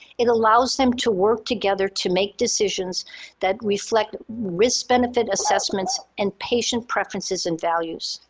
it allows them to work together to make decisions that reflect risk benefit assessments and patient preferences and values.